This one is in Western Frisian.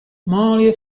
manlju